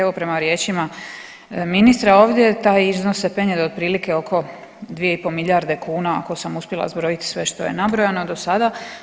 Evo prema riječima ministra ovdje taj iznos se penje do otprilike oko 2,5 milijarde kuna ako sam uspjela zbroji sve što je nabrojano dosada.